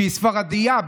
שהיא ספרדייה,